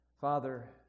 Father